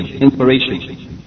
inspiration